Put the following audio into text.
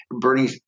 Bernie